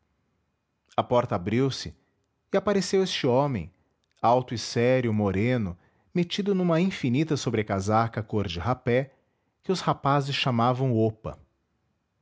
a porta abriuse e apareceu este homem alto e sério moreno metido numa infinita sobrecasaca cor de rapé que os rapazes chamavam opa